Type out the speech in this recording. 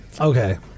Okay